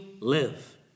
live